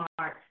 mark